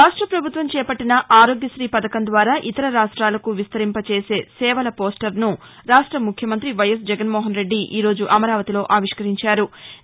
రాష్ట్ర ప్రభుత్వం చేపట్టిన ఆరోగ్యశ్రీ పథకం ద్వారా ఇతర రాష్టాలకు విస్తరింపచేసే సేవల పోస్టర్ను రాష్ట ముఖ్యమంత్రి వైఎస్ జగన్మోహన్ రెడ్డి ఈరోజు అమరావతిలో అవిష్ఠరించారు